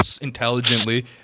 intelligently